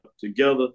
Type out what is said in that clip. together